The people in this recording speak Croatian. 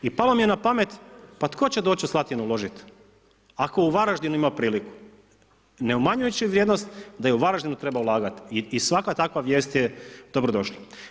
I palo mi je na pamet pa tko će doći u Slatinu uložiti ako u Varaždinu ima priliku, ne umanjujući vrijednost da i u Varaždinu treba ulagati i svaka takva vijest je dobro došla.